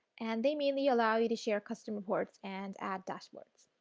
and they mainly allow you to share custom reports and add dashboards.